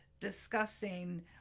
discussing